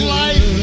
life